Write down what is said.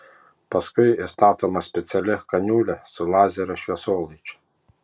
paskui įstatoma speciali kaniulė su lazerio šviesolaidžiu